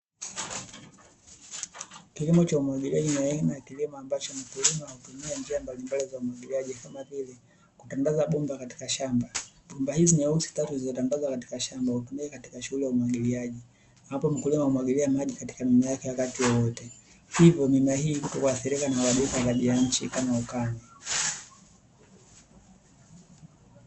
Kilimo cha umwagiliaji ni aina ya kilimo ambacho mkulima hutumia njia mbalimbali za umwagiliaji, kama vile kutambaza bomba katika shamba. Bomba hizi nyeusi tatu zilizo tambazwa katika shamba, hutumika katika shughuli za umwagiliaji. Hapo mkulima humwagilia maji katika mimea yake wakati wote, hivyo mimea hivo kutoadhirika na uharibifu wa tabia ya nchi, kama vile ukame.